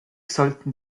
sollten